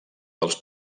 dels